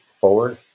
forward